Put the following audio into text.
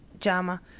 JAMA